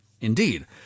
Indeed